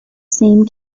same